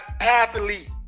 athlete